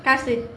காசு:kaasu